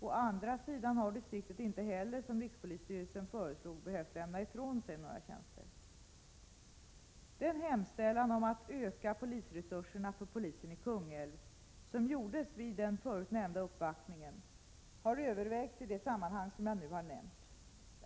Å andra sidan har distriktet inte heller, som rikspolisstyrelsen föreslog, behövt lämna ifrån sig några tjänster. Den hemställan om att öka personalresurserna för polisen i Kungälv som gjordes vid den förut nämnda uppvaktningen har övervägts i det sammanhang som jag nu har nämnt.